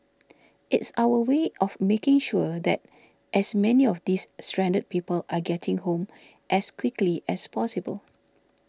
it's our way of making sure that as many of these stranded people are getting home as quickly as possible